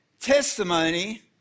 testimony